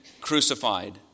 crucified